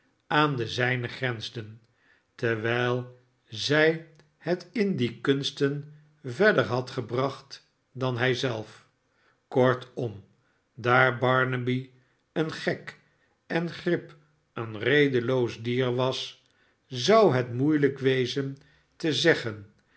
aan de zijne grensden dewijl zij het in die kunsten verder had gebracht dan hij zelf kortom daar barnaby een gek en grip een redeloos dier was zou het moeielijk wezen te zeggen